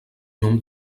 nom